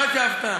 מה יכתבו?